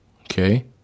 Okay